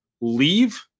leave